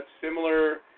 similar